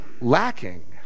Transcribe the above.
lacking